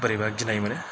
बोरैबा गिनाय मोनो